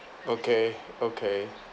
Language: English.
okay okay